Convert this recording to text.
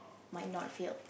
might not fail